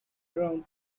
round